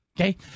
Okay